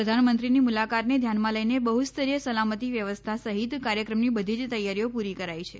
પ્રધાનમંત્રીની મુલાકાતને ધ્યાનમાં લઈને બફસ્તરીય સલામતી વ્યવસ્થા સહિત કાર્યક્રમની બધી તૈયારીઓ પૂરી કરાઈ છે